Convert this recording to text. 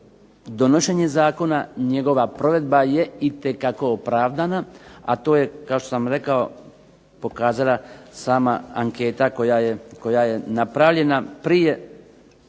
donošenje zakona, njegova provedba je itekako opravdana, a to je kao što sam rekao pokazala sama anketa koja je napravljena prije